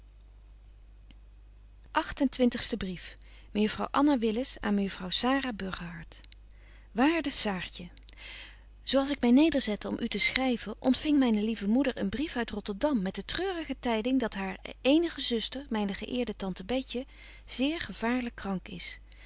mejuffrouw anna willis aan mejuffrouw sara burgerhart waarde saartje zo als ik my nederzette om u te schryven ontfing myne lieve moeder een brief uit rotterdam met de treurige tyding dat hare eenige zuster myne geëerde tante betje zeer gevaarlyk krank is